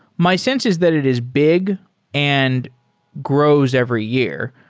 my sense is that it is big and grows every year,